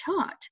chart